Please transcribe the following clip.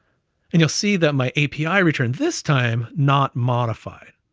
and you'll see that my api returned this time not modified.